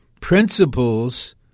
principles